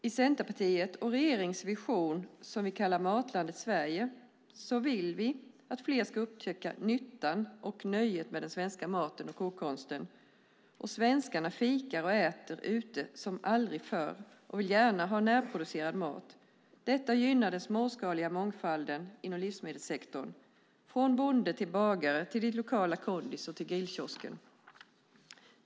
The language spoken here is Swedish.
I Centerpartiets och regeringens vision som vi kallar Matlandet Sverige vill vi att fler ska upptäcka nyttan och nöjet med den svenska maten och kokkonsten. Svenskarna fikar och äter ute som aldrig förr och vill gärna ha närproducerad mat. Detta gynnar den småskaliga mångfalden inom livsmedelssektorn, från bonde till bagare till det lokala kondiset och grillkiosken.